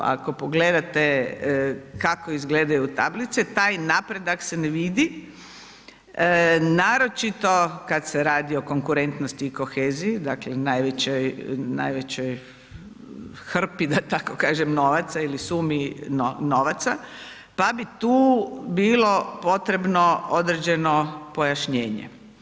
Ako pogledate kako izgledaju tablice taj napredak se ne vidi, naročito kada se radi o konkurentnosti i koheziji dakle najvećoj hrpi da tako kažem novaca ili sumi novaca pa bi tu bilo potrebno određeno pojašnjenje.